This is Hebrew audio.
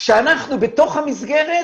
כשאנחנו בתוך המסגרת